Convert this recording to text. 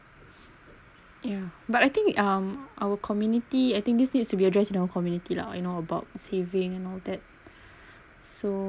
ya but I think um our community I think this needs to be addressed in our community lah you know about saving and all that so